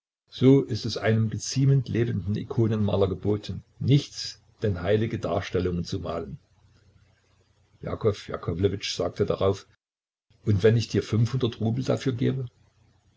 so ist es einem geziemend lebenden ikonenmaler geboten nichts denn heilige darstellungen zu malen jakow jakowlewitsch sagt darauf und wenn ich dir fünfhundert rubel dafür gebe